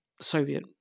Soviet